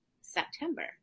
September